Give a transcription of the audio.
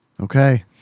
Okay